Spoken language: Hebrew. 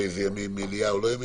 באילו ימים מליאה או לא,